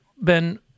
Ben